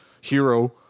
hero